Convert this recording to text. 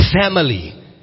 family